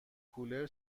کولر